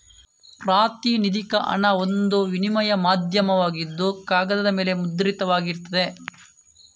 ಪ್ರಾತಿನಿಧಿಕ ಹಣ ಒಂದು ವಿನಿಮಯ ಮಾಧ್ಯಮವಾಗಿದ್ದು ಕಾಗದದ ಮೇಲೆ ಮುದ್ರಿತವಾಗಿರ್ತದೆ